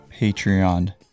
Patreon